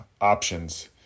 options